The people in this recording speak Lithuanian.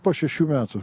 po šešių metų